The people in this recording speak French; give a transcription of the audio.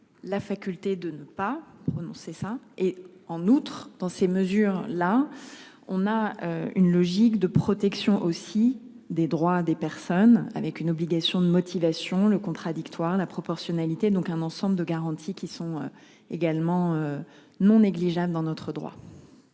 La faculté de ne pas renoncer, ça et, en outre, dans ces mesures là on a une logique de protection aussi des droits des personnes avec une obligation de motivation le contradictoire la proportionnalité donc un ensemble de garanties qui sont également. Non négligeable dans notre droit.